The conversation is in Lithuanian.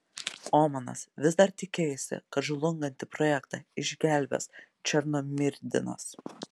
omanas vis dar tikėjosi kad žlungantį projektą išgelbės černomyrdinas